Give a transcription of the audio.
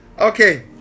okay